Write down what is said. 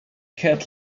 cat